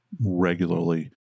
regularly